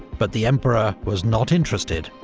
but the emperor was not interested.